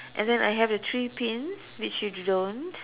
and then I have the three pins which you do don't